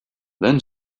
then